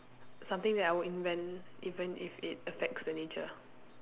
something that I would invent even if it affects the nature